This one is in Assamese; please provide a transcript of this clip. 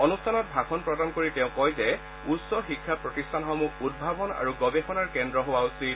অনুষ্ঠানত ভাষণ প্ৰদান কৰি তেওঁ কয় যে উচ্চ শিক্ষা প্ৰতিষ্ঠানসমূহ উদ্ভাৱন আৰু গৱেষণাৰ কেন্দ্ৰ হোৱা উচিত